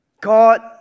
God